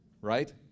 right